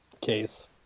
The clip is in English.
case